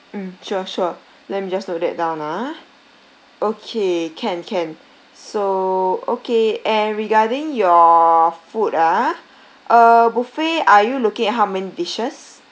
mm sure sure let me just note that down ah okay can can so okay and regarding your food ah uh buffet are you looking at how many dishes